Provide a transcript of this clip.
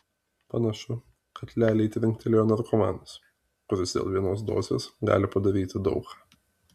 panašu kad lialiai trinktelėjo narkomanas kuris dėl vienos dozės gali padaryti daug ką